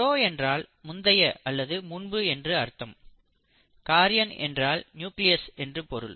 bro என்றால் முந்தைய அல்லது முன்பு என்று அர்த்தம் காரியன் என்றால் நியூக்ளியஸ் என்று பொருள்